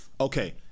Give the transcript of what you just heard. Okay